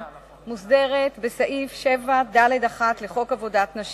מוסדרת בסעיף 7(ד)(1) לחוק עבודת נשים.